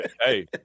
hey